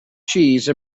cheese